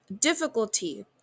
difficulty